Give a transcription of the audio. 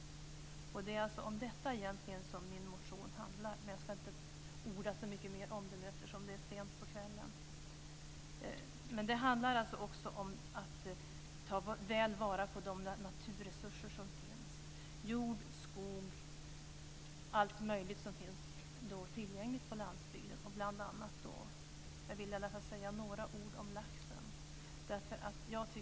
Det är om detta som min motion handlar, men jag ska inte orda så mycket mer om den nu eftersom det är sent på kvällen. Det handlar också om att ta väl vara på de naturresurser som finns: jord, skog, allt möjligt som finns tillgängligt på landsbygden. Jag vill också säga några ord om laxen. Jag tycker att det är en väldigt viktig fråga.